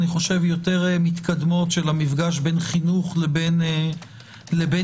אני חושב יותר מתקדמות של המפגש בין חינוך לבין משפט,